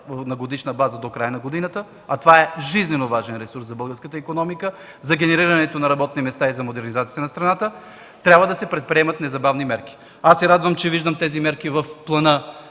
на годишна база до края на годината, а това е жизненоважен ресурс за българската икономика, за генерирането на работни места и за модернизацията на страната, трябва да се предприемат незабавни мерки. Радвам се, че виждам тези мерки в плана